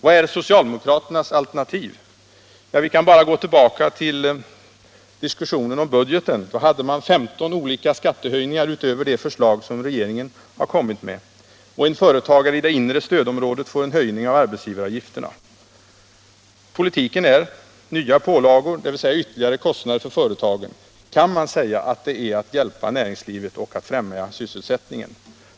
Vad är socialdemokraternas alternativ? I diskussionen om budgeten föreslog de 15 olika skattehöjningar utöver regeringens förslag. En företagare i det inre stödområdet får t.ex. en höjning av arbetsgivaravgifterna. Politiken är nya pålagor, dvs. ytterligare kostnader för företagen. Kan man säga att det är att hjälpa näringslivet och att främja sysselsättningen?